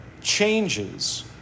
changes